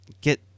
get